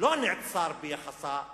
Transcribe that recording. לא נעצרות ביחסה לכנסת.